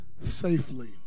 safely